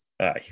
Aye